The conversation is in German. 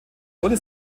wurde